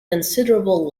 considerable